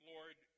Lord